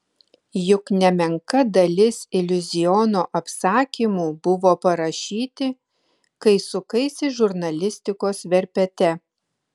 juk nemenka dalis iliuziono apsakymų buvo parašyti kai sukaisi žurnalistikos verpete